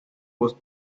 was